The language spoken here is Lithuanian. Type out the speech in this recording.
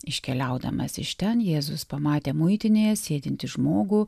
iškeliaudamas iš ten jėzus pamatė muitinėje sėdintį žmogų